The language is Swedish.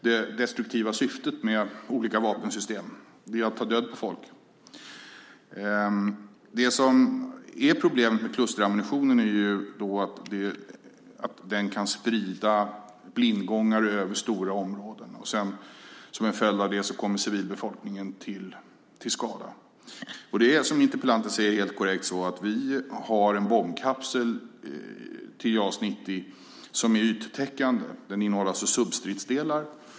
Det destruktiva syftet med olika vapensystem är tyvärr att ta död på folk. Det som är problemet med klusterammunitionen är att den kan sprida blindgångare över stora områden, och som en följd av det kommer civilbefolkningen till skada. Som interpellanten helt korrekt säger har vi Bombkapsel 90 till JAS som är yttäckande. Den innehåller substridsdelar.